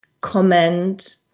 comment